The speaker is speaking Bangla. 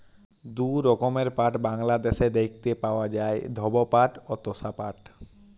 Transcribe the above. দু রকমের পাট বাংলাদ্যাশে দ্যাইখতে পাউয়া যায়, ধব পাট অ তসা পাট